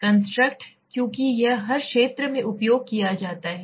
construct क्योंकि यह हर क्षेत्र में उपयोग किया जाता है